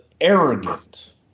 arrogant